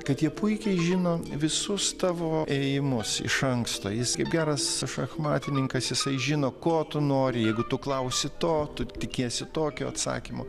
kad jie puikiai žino visus tavo ėjimus iš anksto jis geras šachmatininkas jisai žino ko tu nori jeigu tu klausi to tu tikiesi tokio atsakymo